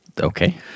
Okay